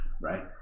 right